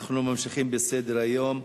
אנחנו ממשיכים בסדר-היום.